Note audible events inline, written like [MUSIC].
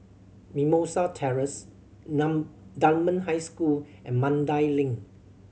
Mimosa Terrace [UNINTELLIGIBLE] Dunman High School and Mandai Link